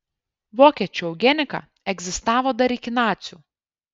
vokiečių eugenika egzistavo dar iki nacių